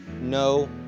no